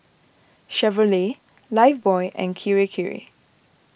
Chevrolet Lifebuoy and Kirei Kirei